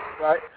right